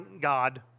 God